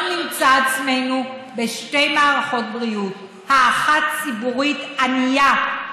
אנחנו נמצא עצמנו בשתי מערכות בריאות: האחת ציבורית ענייה,